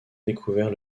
découvert